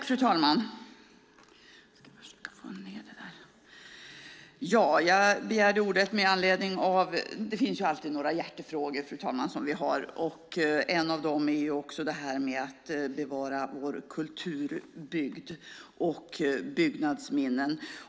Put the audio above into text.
Fru talman! Vi har alltid några hjärtefrågor, och en av dem är att bevara vår kulturbygd och byggnadsminnen.